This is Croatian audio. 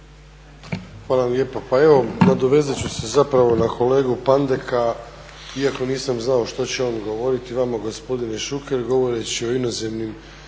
Hvala lijepo. Pa evo, nadovezat ću se zapravo na kolegu Pandeka iako nisam znao što će on govoriti vama gospodine Šuker govoreći o inozemnim